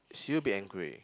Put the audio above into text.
she will be angry